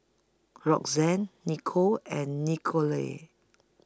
Roxanne Nicole and Nikole